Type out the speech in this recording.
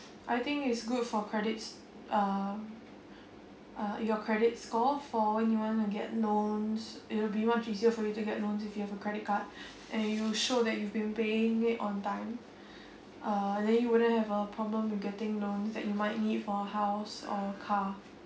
I think is good for credit s~ uh your credit score for you want to get loans it'll be much easier for you to get loan if you have a credit card and you show that you've been paying it on time uh then you wouldn't have a problem with getting loan that you might need for a house or car